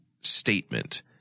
statement